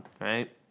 right